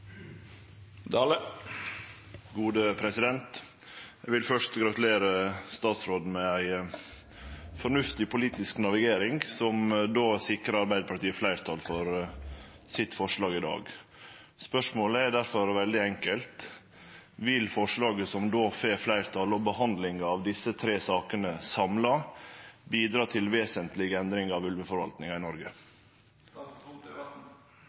Eg vil først gratulere statsråden med ei fornuftig politisk navigering, som sikrar Arbeidarpartiet fleirtal for deira forslag i dag. Spørsmålet er difor veldig enkelt: Vil forslaget som då får fleirtal, og behandlinga av desse tre sakene samla, bidra til vesentlege endringar av ulveforvaltinga i Noreg?